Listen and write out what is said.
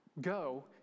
go